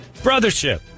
Brothership